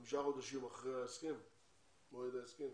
נקלטו חמישה חודשים אחרי מועד ההסכם?